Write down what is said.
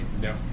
No